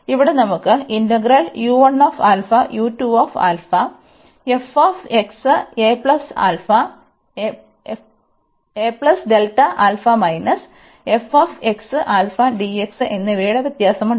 അതിനാൽ ഇവിടെ നമുക്ക് എന്നിവയുടെ വ്യത്യാസമുണ്ട്